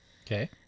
Okay